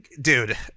Dude